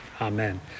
Amen